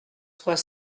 trois